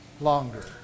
longer